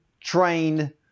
trained